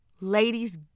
Ladies